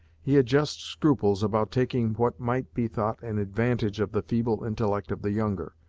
he had just scruples about taking what might be thought an advantage of the feeble intellect of the younger.